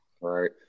Right